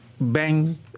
Bank